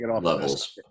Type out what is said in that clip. levels